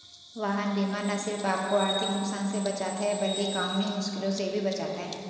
वाहन बीमा न सिर्फ आपको आर्थिक नुकसान से बचाता है, बल्कि कानूनी मुश्किलों से भी बचाता है